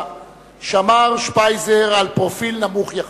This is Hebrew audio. שמר שפייזר על פרופיל נמוך יחסית.